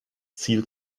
ziel